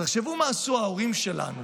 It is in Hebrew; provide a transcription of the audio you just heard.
תחשבו מה עשו ההורים שלנו,